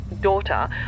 daughter